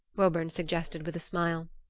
woburn suggested with a smile.